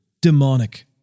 demonic